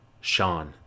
Sean